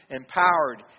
empowered